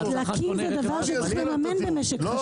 דלקים זה דבר שצריך לממן במשק חשמל.